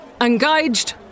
Engaged